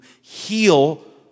heal